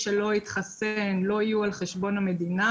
שלא התחסן לא יהיו על חשבון המדינה,